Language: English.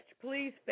Please